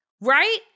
right